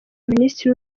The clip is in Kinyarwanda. minisitiri